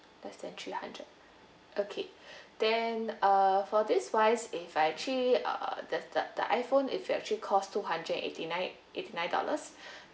less than three hundred okay then uh for this wise if I actually uh the the the iPhone it's actually cost two hundred eighty-nine eighty nine dollars